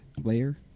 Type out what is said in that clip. layer